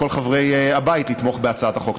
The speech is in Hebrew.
מכל חברי הבית לתמוך בהצעת החוק.